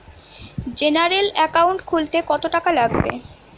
General account খুলতে কত টাকা লাগবে?